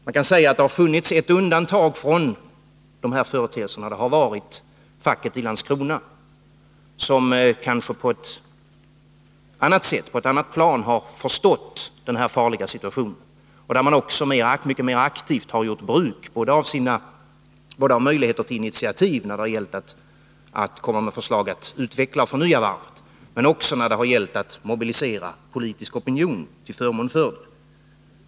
Man kan säga att det har funnits ett undantag från de här företeelserna, nämligen facket i Landskrona, som kanske har förstått den här farliga situationen, förstått att svårigheterna legat på ett annat plan än normalt. Där har man mycket mer aktivt än fallet varit i övrigt gjort bruk både av sina möjligheter till initiativ när det gällt att lägga fram förslag om att utveckla och förnya varvet och sina möjligheter när det har gällt att mobilisera politisk opinion till förmån för sina förslag.